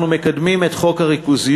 אנחנו מקדמים את חוק הריכוזיות,